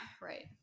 Right